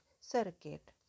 circuit